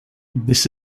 this